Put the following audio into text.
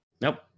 Nope